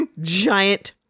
giant